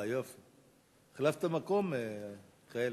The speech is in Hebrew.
החלפת מקום, מיכאלי.